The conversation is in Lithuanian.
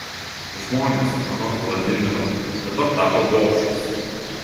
žmonės anot vladimiro dabar tapo gobšūs